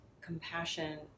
compassion